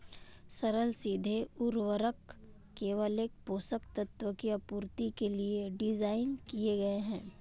सरल सीधे उर्वरक केवल एक पोषक तत्व की आपूर्ति के लिए डिज़ाइन किए गए है